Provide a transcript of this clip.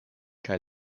kaj